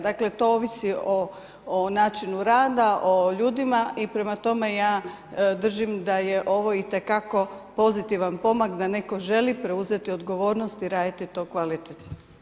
Dakle to ovisi o načinu rada, o ljudima i prema tome ja držim da je ovo itekako pozitivan pomak da netko želi preuzeti odgovornost i raditi to kvalitetno.